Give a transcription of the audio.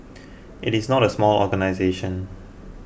it is not a small organisation